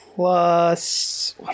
Plus